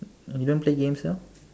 and you don't play games now